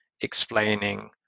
explaining